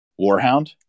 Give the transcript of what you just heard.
Warhound